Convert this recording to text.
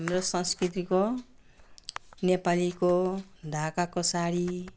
हाम्रो संस्कृतिको नेपालीको ढाकाको साडी